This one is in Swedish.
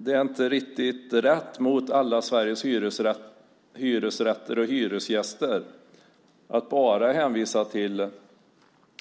Det är inte riktigt rätt mot Sveriges alla hyresrätter och hyresgäster att bara hänvisa till